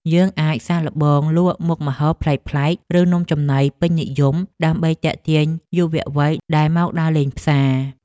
យើងអាចសាកល្បងលក់មុខម្ហូបប្លែកៗឬនំចំណីពេញនិយមដើម្បីទាក់ទាញយុវវ័យដែលមកដើរលេងផ្សារ។